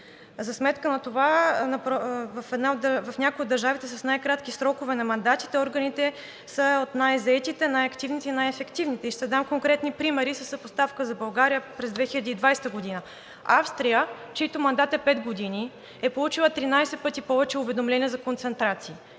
за сметка на това в някои от държавите с най-кратки срокове на мандатите органите са от най-заетите, най-активните и най-ефективните. И ще дам конкретни примери със съпоставка за България през 2020 г. Австрия, чийто мандат е пет години, е получила 13 пъти повече уведомления за концентрации,